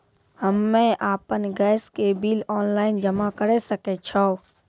हम्मे आपन गैस के बिल ऑनलाइन जमा करै सकै छौ?